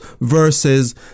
verses